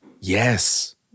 Yes